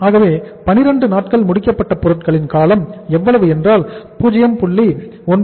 ஆகவே 12 நாட்கள் முடிக்கப்பட்ட பொருட்களின் காலம் எவ்வளவு என்றால் 0